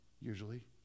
usually